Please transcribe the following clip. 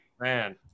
man